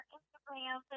Instagram